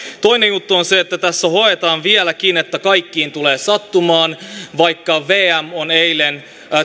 toinen juttu on se että tässä hoetaan vieläkin että kaikkiin tulee sattumaan vaikka vm on eilen